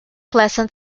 pleasant